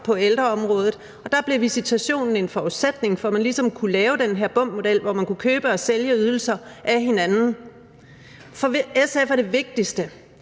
på ældreområdet. Der blev visitationen en forudsætning for, at man ligesom kunne lave den her BUM-model, så man kunne købe og sælge ydelser af hinanden. For SF er det vigtigste,